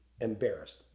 embarrassed